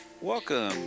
Welcome